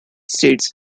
states